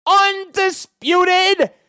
undisputed